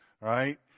right